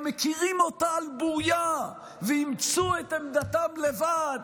הם מכירים אותה על בורייה, ואימצו את עמדתם לבד.